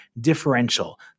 differential